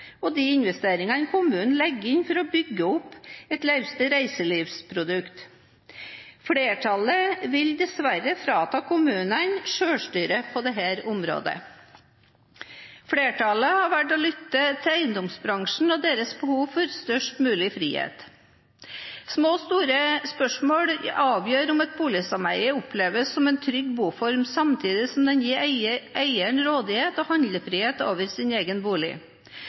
og de investeringer kommunene legger inn for å bygge opp et reiselivsprodukt. Flertallet vil dessverre frata kommunene selvstyre på dette området. Flertallet har her valgt å lytte til eiendomsbransjen og dens behov for største mulig frihet. Små og store spørsmål avgjør om et boligsameie oppleves som en trygg boform, samtidig som et boligsameie gir eieren rådighet og handlefrihet over egen bolig.